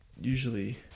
usually